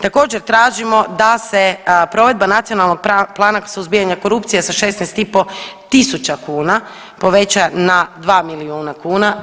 Također tražimo da se provedba Nacionalnog plana suzbijanja korupcije sa 16,5 tisuća kuna poveća na 2 milijuna kuna.